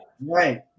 Right